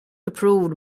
approved